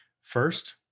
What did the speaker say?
First